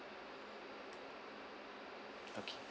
okay